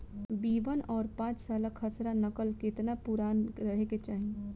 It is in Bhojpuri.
बी वन और पांचसाला खसरा नकल केतना पुरान रहे के चाहीं?